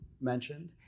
mentioned